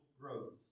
growth